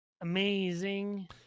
amazing